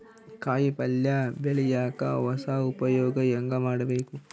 ಕಾಯಿ ಪಲ್ಯ ಬೆಳಿಯಕ ಹೊಸ ಉಪಯೊಗ ಹೆಂಗ ಮಾಡಬೇಕು?